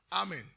Amen